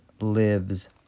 lives